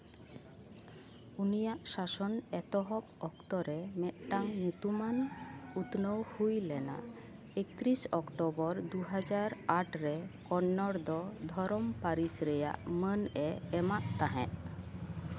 ᱩᱱᱤᱭᱟᱜ ᱥᱟᱥᱚᱱ ᱮᱛᱚᱦᱚᱵ ᱚᱠᱛᱚ ᱨᱮ ᱢᱤᱫᱴᱟᱝ ᱧᱩᱛᱩᱢᱟᱱ ᱩᱛᱱᱹᱣ ᱦᱩᱭ ᱞᱮᱱᱟ ᱮᱠᱛᱨᱤᱥ ᱚᱠᱴᱳᱵᱚᱨ ᱫᱩ ᱦᱟᱡᱟᱨ ᱟᱴ ᱨᱮ ᱠᱚᱱᱱᱚᱲ ᱫᱚ ᱫᱷᱚᱨᱚᱢ ᱯᱟᱹᱨᱤᱥ ᱨᱮᱭᱟᱜ ᱢᱟᱹᱱᱼᱮ ᱮᱢᱟᱜ ᱛᱟᱦᱮᱫ